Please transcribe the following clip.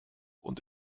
und